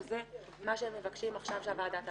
שזה מה שהם מבקשים עכשיו שהוועדה תעשה.